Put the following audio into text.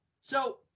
So-